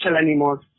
anymore